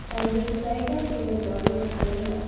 आरो जुदि जायगा गैयाब्लाबो जोङो